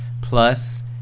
Plus